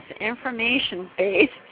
information-based